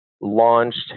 launched